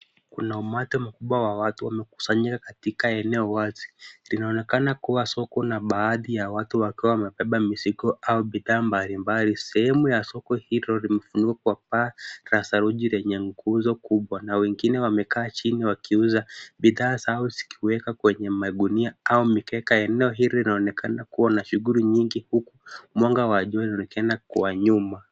Kuna umati mkubwa wa watu wamekusanyika katika eneo wazi, linaonekana kuwa soko na baadhi ya watu wakiwa wamebeba mizigo au bidhaa mbalimbali. Sehemu ya soko hilo limefunikwa paa la saruji lenye nguzo kubwa, na wengine wamekaa chini wakiuza, bidhaa zao zikiwekwa kwenye magunia au mikeka. Eneo hili linaonekana kuwa na shughuli mingi, huku mwanga wa jua ukionekana kwa nyuma.